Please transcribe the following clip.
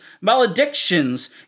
maledictions